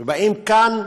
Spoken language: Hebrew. ובאים כאן,